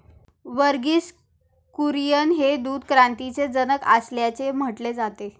वर्गीस कुरियन हे दूध क्रांतीचे जनक असल्याचे म्हटले जाते